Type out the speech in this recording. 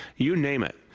you name it.